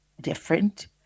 different